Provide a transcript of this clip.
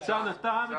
ניצן, אתה מתייחס?